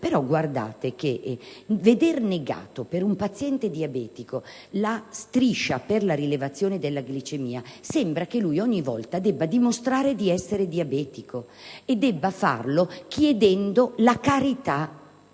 però non si può negare ad un paziente diabetico la striscia per la rilevazione della glicemia: sembra che ogni volta debba dimostrare di essere diabetico e debba farlo chiedendo la carità.